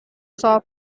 saw